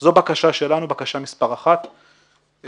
זו בקשה שלנו, בקשה מס' אחת שנבקש.